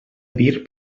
dir